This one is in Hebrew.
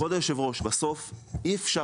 כבוד היו"ר, אי אפשר.